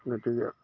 গতিকে